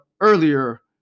earlier